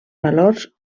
valors